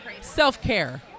Self-care